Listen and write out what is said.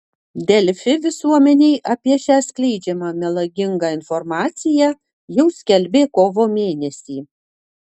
delfi visuomenei apie šią skleidžiamą melagingą informaciją jau skelbė kovo mėnesį